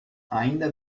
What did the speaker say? ainda